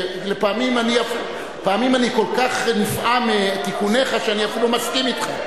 פעמים אני כל כך נפעם מתיקוניך שאני אפילו מסכים אתך.